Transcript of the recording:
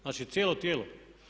Znači, cijelo tijelo.